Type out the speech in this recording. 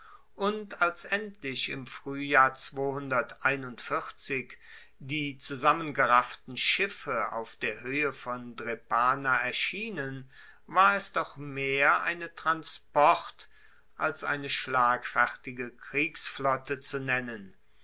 und als endlich im fruehjahr die zusammengerafften schiffe auf der hoehe von drepana erschienen war es doch mehr eine transport als eine schlagfertige kriegsflotte zu nennen